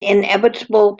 inevitable